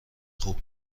خوب